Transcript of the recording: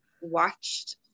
watched